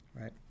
right